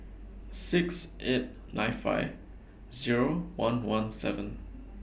six eight nine five Zero one one seven